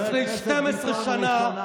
לפני 12 שנה,